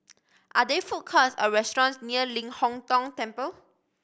are there food courts or restaurants near Ling Hong Tong Temple